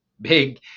big